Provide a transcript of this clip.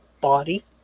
body